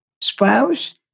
spouse